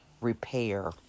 repair